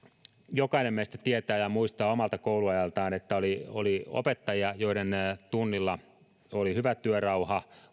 jokainen meistä tietää ja muistaa omalta kouluajaltaan että oli oli opettajia joiden tunnilla oli hyvä työrauha